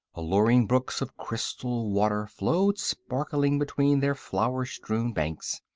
alluring brooks of crystal water flowed sparkling between their flower-strewn banks,